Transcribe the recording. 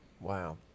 wow